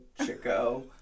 Chico